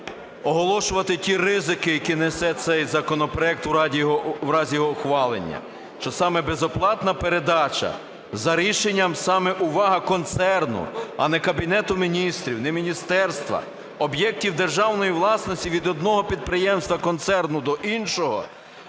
оголошувати ті ризики, які несе цей законопроект у разі його ухвалення, що саме безоплатна передача за рішенням саме, увага, концерну, а не Кабінету Міністрів, ні міністерства, об'єктів державної власності від одного підприємства концерну до іншого